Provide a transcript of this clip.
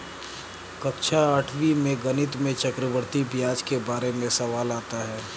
कक्षा आठवीं में गणित में चक्रवर्ती ब्याज के बारे में सवाल आता है